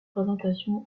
présentation